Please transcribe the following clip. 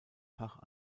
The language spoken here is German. fach